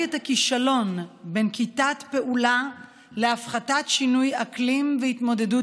את הכישלון בנקיטת פעולה להפחתת שינויי אקלים ולהתמודדות